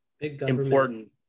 important